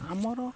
ଆମର